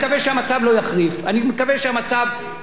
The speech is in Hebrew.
אני מקווה שהמצב ייעשה יותר טוב,